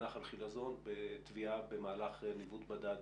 בנחל חילזון בטביעה במהלך ניווט בדד